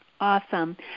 Awesome